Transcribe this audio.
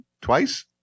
twice